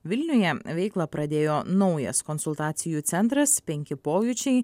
vilniuje veiklą pradėjo naujas konsultacijų centras penki pojūčiai